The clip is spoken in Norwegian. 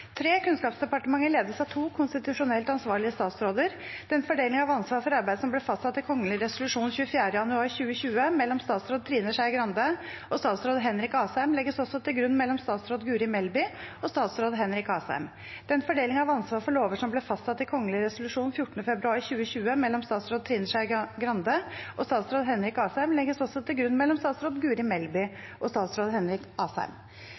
ledes av to konstitusjonelt ansvarlige statsråder. Den fordeling av ansvar for arbeid som ble fastsatt i kongelig resolusjon 24. januar 2020, mellom statsråd Trine Skei Grande og statsråd Henrik Asheim, legges også til grunn mellom statsråd Guri Melby og statsråd Henrik Asheim. Den fordeling av ansvar for lover som ble fastsatt i kongelig resolusjon 14. februar 2020, mellom statsråd Trine Skei Grande og statsråd Henrik Asheim, legges også til grunn mellom statsråd Guri Melby og statsråd Henrik Asheim.